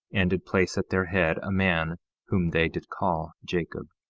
and did place at their head a man whom they did call jacob